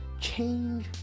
change